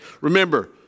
Remember